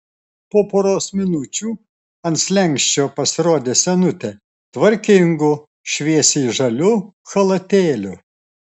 po poros minučių ant slenksčio pasirodė senutė tvarkingu šviesiai žaliu chalatėliu